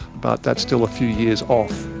but that's still a few years off.